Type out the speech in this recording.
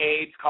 AIDS